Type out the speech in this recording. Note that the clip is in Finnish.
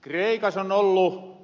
kreikas on ollu